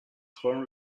horne